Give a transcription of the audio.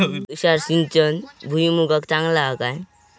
तुषार सिंचन भुईमुगाक चांगला हा काय?